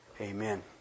amen